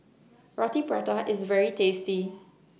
Rroti Prata IS very tasty